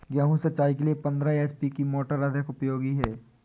गेहूँ सिंचाई के लिए पंद्रह एच.पी की मोटर अधिक उपयोगी है?